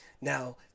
Now